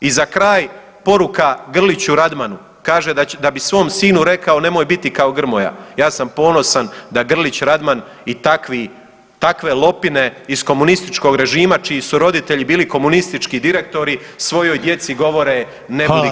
I za kraj poruka Grliću Radmanu, kaže da bi svom sinu rekao nemoj biti kao Grmoja, ja sam ponosan da Grlić Radman i takvi, takve lopine iz komunističkog režima čiji su roditelji bili komunistički direktori svojoj djeci govore ne budi kao Grmoja.